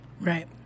right